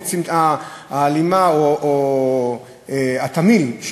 ההלימה או התמהיל,